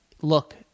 look